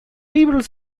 people